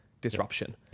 disruption